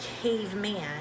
caveman